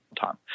time